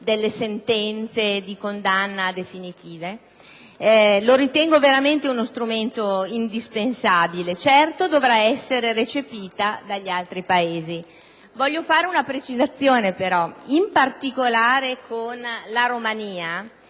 delle sentenze di condanna definitive, la ritengo veramente uno strumento indispensabile, certo dovrà essere recepita dagli altri Paesi. Voglio fare però una precisazione: in particolare con la Romania,